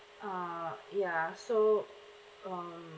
uh ya so um